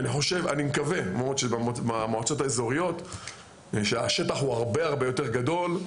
אני מקווה מאוד שבמועצות האזוריות שהשטח הוא הרבה יותר גדול,